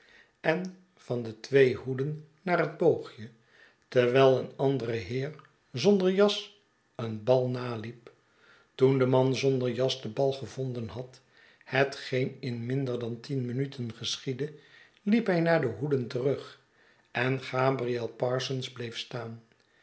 en van de twee hoeden naar het boogje terwijl een andere heer zonder jas een bal naliep toen de man zonder jas den bal gevonden had hetgeen in minder dan tien minuten geschiedde liep hij naar de hoeden terug en gabriel parsons bleef staan